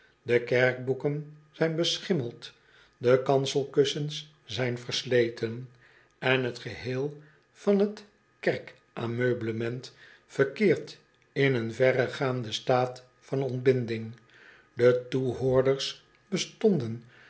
de kerkboeken zijn beschimmeld de kanselkussens zijn versleten en t geheel van t kerkameublement verkeert in een verrogaanden staat van ontbinding de toehoorders bestonden